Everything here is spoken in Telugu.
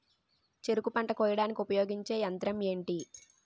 చెరుకు పంట కోయడానికి ఉపయోగించే యంత్రం ఎంటి?